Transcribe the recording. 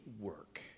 work